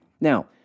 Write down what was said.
Now